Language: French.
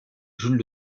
jules